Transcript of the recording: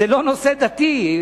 זה לא נושא דתי,